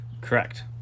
Correct